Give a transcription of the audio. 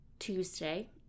Tuesday